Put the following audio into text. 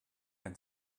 can